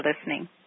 listening